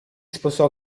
sposò